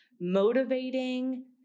motivating